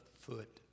foot